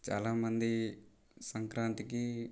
చాలా మంది సంక్రాంతికి